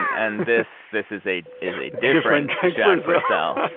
and this this is a is a different jack purcell